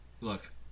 Look